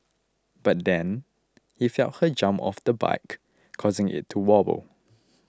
but then he felt her jump off the bike causing it to wobble